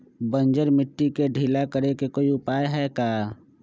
बंजर मिट्टी के ढीला करेके कोई उपाय है का?